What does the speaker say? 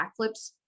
backflips